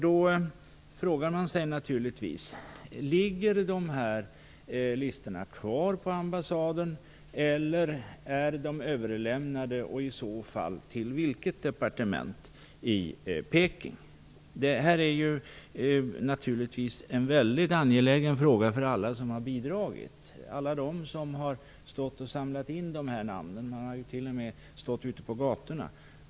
Då frågar man sig naturligtvis om de här listorna ligger kvar på ambassaden eller om de är överlämnade och i så fall till vilket departement i Peking. Det här är naturligtvis en mycket angelägen fråga för alla som har bidragit, alla de som har samlat in de här namnen. De har till och med stått ute på gatorna.